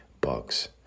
Bucks